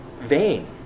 vain